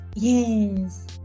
Yes